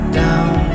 down